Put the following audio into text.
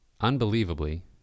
unbelievably